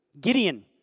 Gideon